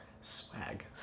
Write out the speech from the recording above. Swag